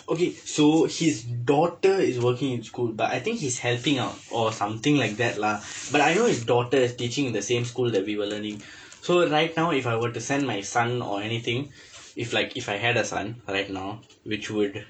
okay so his daughter is working in school but I think he's helping out or something like that lah but I I know his daughter is teaching in the same school that we were learning so right now if I were to send my son or anything if like if I had a son right now which would